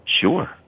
Sure